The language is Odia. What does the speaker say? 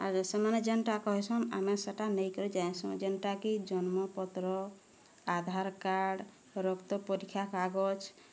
ଆର୍ ଯେ ସେମାନେ ଯେନ୍ଟା କହେସନ୍ ଆମେ ସେଟା ନେଇକରି ଯାଏସୁଁ ଯେନ୍ଟାକି ଜନ୍ମପତ୍ର ଆଧାରକାର୍ଡ଼ ରକ୍ତ ପରୀକ୍ଷା କାଗଜ